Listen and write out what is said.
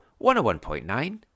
101.9